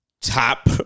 top